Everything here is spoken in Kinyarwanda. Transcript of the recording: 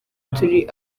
turi